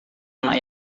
anak